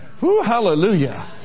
Hallelujah